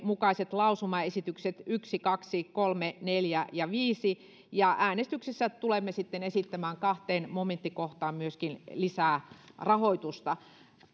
mukaiset lausumaesitykset yksi kaksi kolme neljä ja viisi ja äänestyksessä tulemme sitten esittämään kahteen momenttikohtaan myöskin lisää rahoitusta